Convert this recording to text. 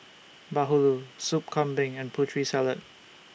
Bahulu Soup Kambing and Putri Salad